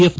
F